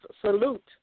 salute